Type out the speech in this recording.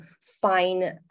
find